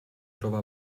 trova